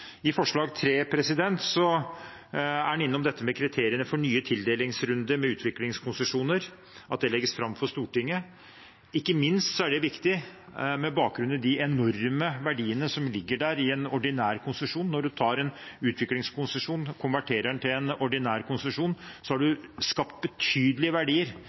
I forslag nr. 3 er en innom dette med kriteriene for nye tildelingsrunder med utviklingskonsesjoner, at det legges fram for Stortinget. Ikke minst er det viktig med bakgrunn i de enorme verdiene som ligger i en ordinær konsesjon. Når man tar en utviklingskonsesjon og konverterer den til en ordinær konsesjon, har man skapt betydelige verdier